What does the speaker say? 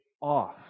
off